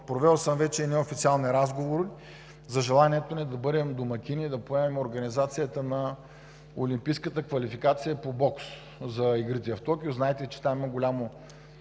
Провел съм вече и неофициални разговори за желанието ни да бъдем домакин и да поемем организацията на олимпийската квалификация по бокс за игрите в Токио. Знаете, че там има голямо